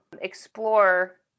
explore